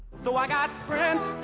so i got sprint.